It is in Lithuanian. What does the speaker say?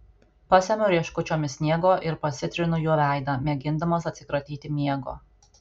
pasemiu rieškučiomis sniego ir pasitrinu juo veidą mėgindamas atsikratyti miego